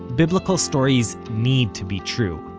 biblical stories need to be true.